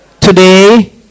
Today